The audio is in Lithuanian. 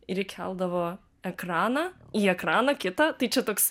ir įkeldavo ekraną į ekraną kitą tai čia toks